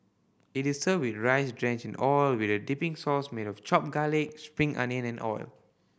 it is served with rice drenched in oil with a dipping sauce made of chopped garlic spring onion and oil